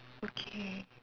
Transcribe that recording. okay